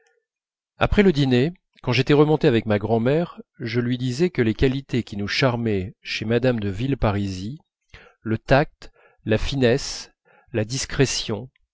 après le dîner quand j'étais remonté avec ma grand'mère je lui disais que les qualités qui nous charmaient chez mme de villeparisis le tact la finesse la discrétion